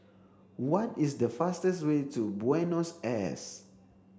what is the fastest way to Buenos Aires